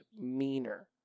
meaner